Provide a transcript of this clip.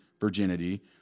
virginity